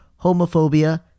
homophobia